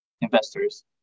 investors